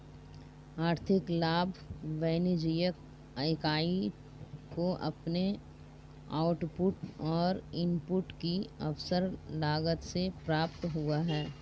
आर्थिक लाभ वाणिज्यिक इकाई को अपने आउटपुट और इनपुट की अवसर लागत से प्राप्त हुआ है